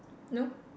no